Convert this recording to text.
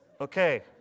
Okay